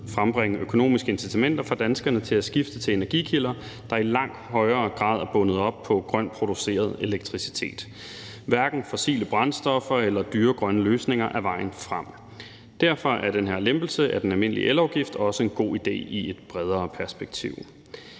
frembringe økonomiske incitamenter for danskerne til at skifte til energikilder, der i langt højere grad er bundet op på grønt produceret elektricitet. Hverken fossile brændstoffer eller dyre grønne løsninger er vejen frem. Derfor er den her lempelse af den almindelige elafgift også en god idé i et bredere perspektiv.